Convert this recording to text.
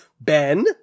Ben